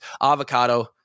avocado